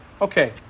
Okay